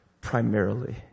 primarily